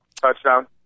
Touchdown